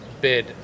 bid